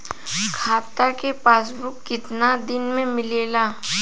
खाता के पासबुक कितना दिन में मिलेला?